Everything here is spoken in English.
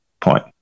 point